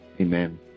amen